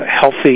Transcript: healthy